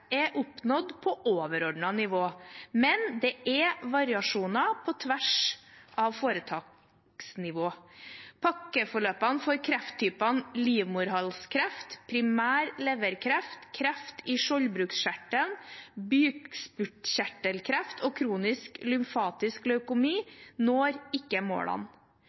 er oppnådd på overordnet nivå, men det er variasjoner på tvers av foretaksnivå. Pakkeforløpene for krefttypene livmorhalskreft, primær leverkreft, kreft i skjoldbruskkjertelen, bukspyttkjertelkreft og kronisk lymfatisk leukemi når ikke målene.